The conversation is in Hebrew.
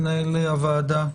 מנהל הוועדה,